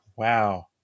Wow